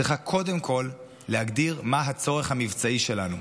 צריכה קודם כול להגדיר מה הצורך המבצעי שלנו,